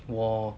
我